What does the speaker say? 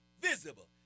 visible